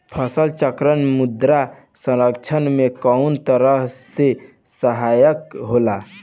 फसल चक्रण मृदा संरक्षण में कउना तरह से सहायक होला?